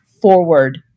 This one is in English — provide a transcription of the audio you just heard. forward